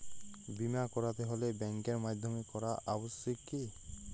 বিমা করাতে হলে ব্যাঙ্কের মাধ্যমে করা আবশ্যিক কি?